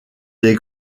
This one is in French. des